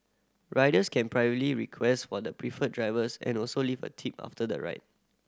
riders can privately request for the preferred drivers and also leave a tip after the ride